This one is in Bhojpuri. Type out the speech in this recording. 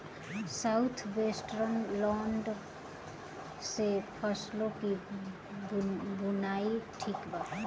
साउथ वेस्टर्न लोलैंड में फसलों की बुवाई ठीक बा?